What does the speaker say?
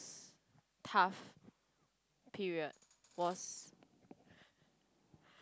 tough period was